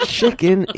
chicken